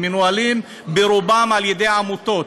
הם מנוהלים ברובם על-ידי עמותות.